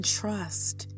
trust